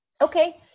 okay